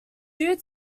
due